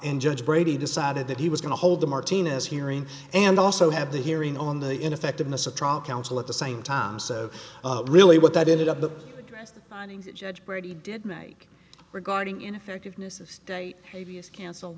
n judge brady decided that he was going to hold the martina's hearing and also have the hearing on the ineffectiveness of trial counsel at the same time so really what that ended up the judge brady did make regarding